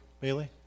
Bailey